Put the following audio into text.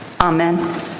Amen